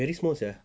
very small sia